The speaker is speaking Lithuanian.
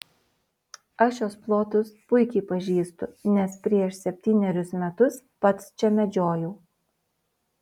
aš šiuos plotus puikiai pažįstu nes prieš septynerius metus pats čia medžiojau